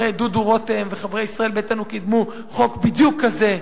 הרי דודו רותם וחברי ישראל ביתנו קידמו חוק בדיוק כזה.